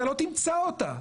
אתה לא תמצא אותה שם.